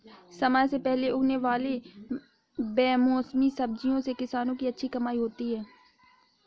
समय से पहले उगने वाले बेमौसमी सब्जियों से किसानों की अच्छी कमाई होती है